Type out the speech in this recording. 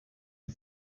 you